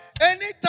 Anytime